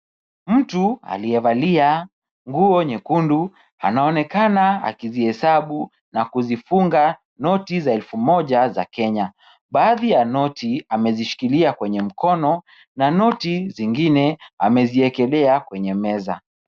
Mtu aliyevalia nguo nyekundu, anaonekana akizihesabu na kuzifunga noti za elfu moja za Kenya. Baadhi ya noti amezishikilia kwenye mkono na noti zingine, ameziekelea kwenye meza.